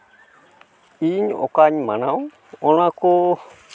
ᱤᱧ ᱚᱠᱟᱧ ᱢᱟᱱᱟᱣ ᱚᱱᱟ ᱠᱚ